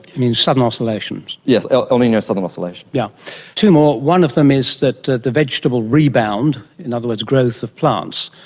you mean southern oscillations. yes, el el nino southern oscillations. yeah two more, one of them is that the the vegetable rebound, in other words growth of plants,